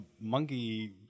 monkey